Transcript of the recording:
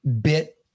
bit